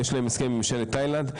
יש להם הסכם עם ממשלת תאילנד,